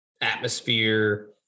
atmosphere